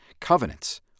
covenants